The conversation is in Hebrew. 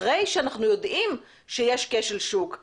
אחרי שאנחנו יודעים שיש כשל שוק,